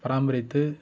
பராமரித்து